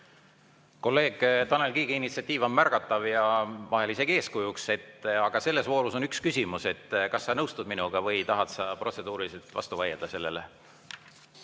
Kolleeg Tanel Kiige initsiatiiv on märgatav ja vahel isegi eeskujuks. Aga selles voorus on üks küsimus. Kas sa nõustud minuga või tahad sa protseduuriliselt vastu vaielda sellele?